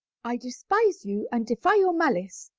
i despise you and defy your malice.